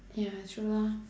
ya true lor